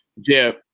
Jeff